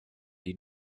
die